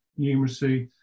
numeracy